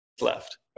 left